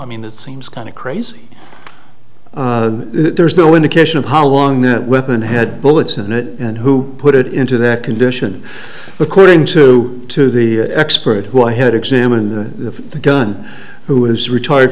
i mean it seems kind of crazy there is no indication of how long that weapon had bullets in it and who put it into that condition according to to the expert who i had examined the gun who has retired